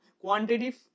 quantitative